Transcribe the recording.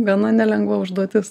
gana nelengva užduotis